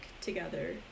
together